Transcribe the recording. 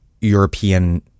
European